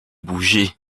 bougé